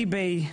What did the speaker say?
איבי,